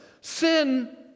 Sin